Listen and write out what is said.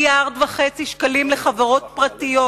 תשלשל מיליארד וחצי שקלים לחברות פרטיות,